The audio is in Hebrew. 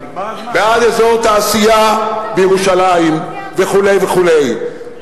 בעד אזור תעשייה בירושלים וכו' וכו'.